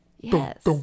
Yes